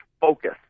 focus